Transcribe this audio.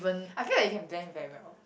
I feel like you can blend in very well